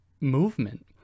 movement